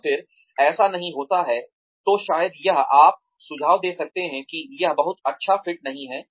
और फिर ऐसा नहीं होता है तो शायद यह आप सुझाव दे सकते हैं कि यह बहुत अच्छा फिट नहीं है